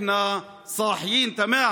(אומר בערבית: אנחנו ערים לגמרי.)